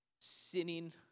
Sinning